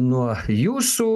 nuo jūsų